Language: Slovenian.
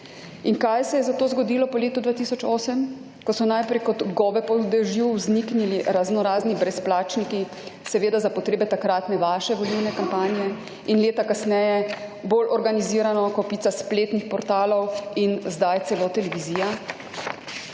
In kaj se je zato zgodilo po letu 2008, ko so najprej kot gobe po dežju vzniknili raznorazni brezplačniki, seveda za potrebe takratne vaše volilne kampanje in leta kasneje bolj organizirano, kopica spletnih portalov in zdaj celo televizija.